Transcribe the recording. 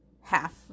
half